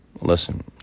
Listen